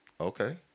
Okay